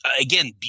again